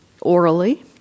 orally